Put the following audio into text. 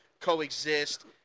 coexist